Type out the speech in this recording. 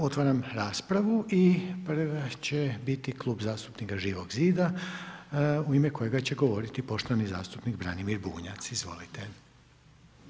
Otvaram raspravu i prva će biti Klub zastupnika Živog zida u ime kojega će govoriti poštovani zastupnik Branimir Bunjac, izvolite.